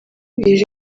ije